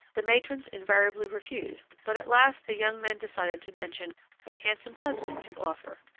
the matrons invariably refused but at last the young men decided to mention a handsome husband to offer,